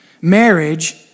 Marriage